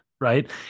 right